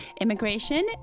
Immigration